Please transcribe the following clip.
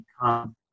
become